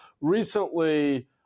Recently